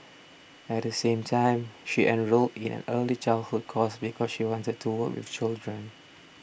at the same time she enrolled in an early childhood course because she wanted to work with children